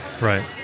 Right